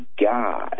God